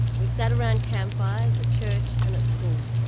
we sat around campfires, at church and at school.